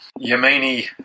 Yemeni